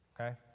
Okay